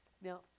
Now